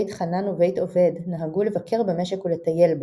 בית חנן ובית עובד נהגו לבקר במשק ולטייל בו,